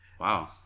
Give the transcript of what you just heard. Wow